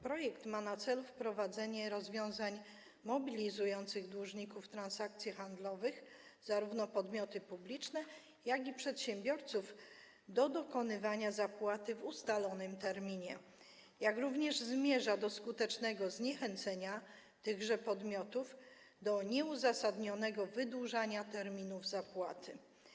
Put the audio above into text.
Projekt ma na celu wprowadzenie rozwiązań mobilizujących dłużników transakcji handlowych, zarówno podmioty publiczne, jak i przedsiębiorców, do dokonywania zapłaty w ustalonym terminie, jak również zmierza do skutecznego zniechęcenia tychże podmiotów do nieuzasadnionego wydłużania terminów zapłaty.